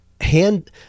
hand